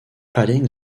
padding